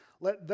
Let